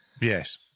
yes